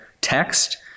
text